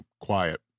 quiet